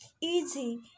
Easy